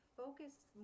focused